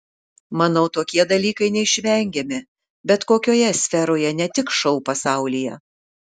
manau tokie dalykai neišvengiami bet kokioje sferoje ne tik šou pasaulyje